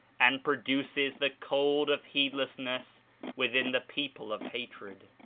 and produces the cold of heedlessness within the people of hatred.